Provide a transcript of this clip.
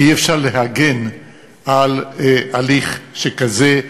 כי אי-אפשר להגן על הליך שכזה,